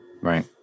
Right